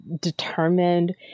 determined